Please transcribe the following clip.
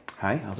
Hi